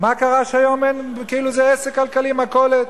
מה קרה שהיום אין, כאילו זה עסק כלכלי, מכולת?